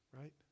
right